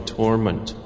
torment